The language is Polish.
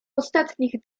ostatnich